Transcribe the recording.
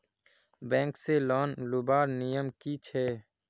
Bank से loan लुबार नियम की छे?